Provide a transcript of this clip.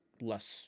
less